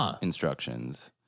instructions